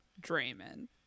Draymond